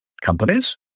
companies